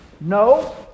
no